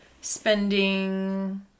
spending